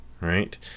right